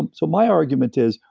and so my argument is,